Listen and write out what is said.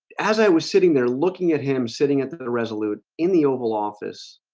as i was sitting there looking at him sitting at the resolute in the oval office